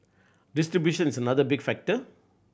distribution is another big factor